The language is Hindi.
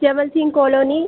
जबल सिंग कोलोनी